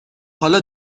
حالا